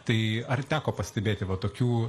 tai ar teko pastebėti va tokių